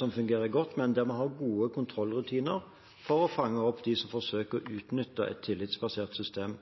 som fungerer godt, men der vi har gode kontrollrutiner for å fange opp dem som forsøker å utnytte et tillitsbasert system.